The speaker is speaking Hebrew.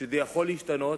שזה יכול להשתנות,